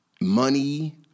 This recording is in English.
Money